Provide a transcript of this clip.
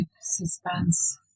suspense